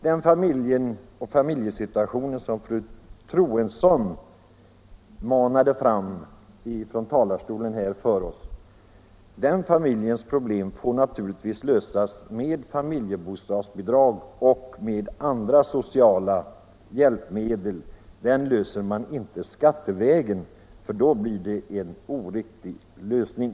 Den familjesituation som fru Troedsson manade fram för oss i talarstolen får naturligtvis lösas med familjebostadsbidrag och med andra sociala hjälpmedel. Den löser man inte skattevägen, för då blir det en oriktig lösning.